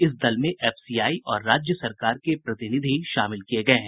इस दल में एफसीआई और राज्य सरकार के प्रतिनिधि शामिल किये गये हैं